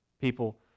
People